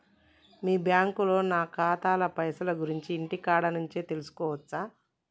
మీ బ్యాంకులో నా ఖాతాల పైసల గురించి ఇంటికాడ నుంచే తెలుసుకోవచ్చా?